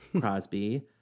Crosby